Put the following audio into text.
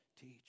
teach